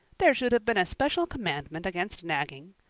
there should have been a special commandment against nagging.